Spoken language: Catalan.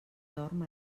dorm